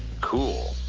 cool.